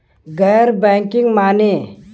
गैर बैंकिंग माने?